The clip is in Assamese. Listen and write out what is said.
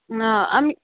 অ আমি